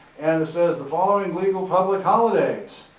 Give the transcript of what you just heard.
and it says the following legal public holidays,